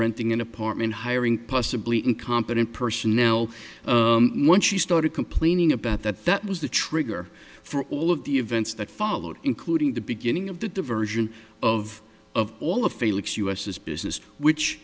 renting an apartment hiring possibly incompetent person now when she started complaining about that that was the trigger for all of the events that followed including the beginning of the diversion of of all of flix us his business which